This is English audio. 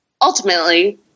ultimately